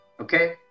okay